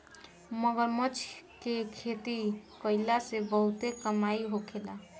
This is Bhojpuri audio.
मगरमच्छ के खेती कईला में बहुते कमाई होखेला